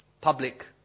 public